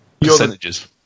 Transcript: Percentages